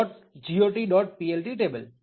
plt table